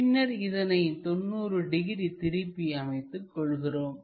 பின்னர் இதனை 90 டிகிரி திருப்பி அமைத்துக் கொள்கிறோம்